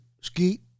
skeet